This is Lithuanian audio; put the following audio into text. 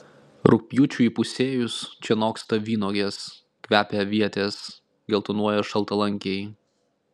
rugpjūčiui įpusėjus čia noksta vynuogės kvepia avietės geltonuoja šaltalankiai